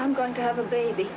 i'm going to have a baby